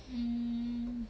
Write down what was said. um